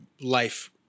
life